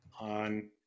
on